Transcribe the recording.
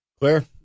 Claire